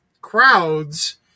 crowds